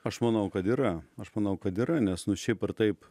aš manau kad yra aš manau kad yra nes nu šiaip ar taip